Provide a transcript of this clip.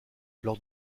lors